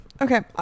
okay